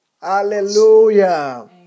Hallelujah